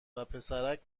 وپسرک